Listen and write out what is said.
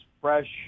fresh